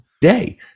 day